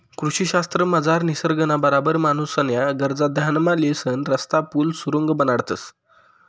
कृषी शास्त्रमझार निसर्गना बराबर माणूसन्या गरजा ध्यानमा लिसन रस्ता, पुल, सुरुंग बनाडतंस